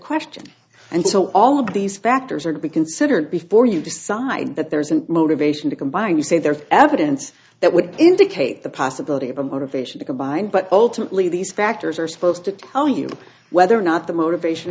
question and so all of these factors are to be considered before you decide that there's a motivation to combine to say there's evidence that would indicate the possibility of a motivation to combine but ultimately these factors are supposed to tell you whether or not the motivation